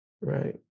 Right